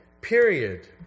period